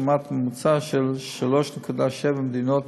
לעומת ממוצע של 3.7 במדינות